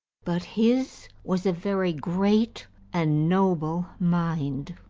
but his was a very great and noble mind.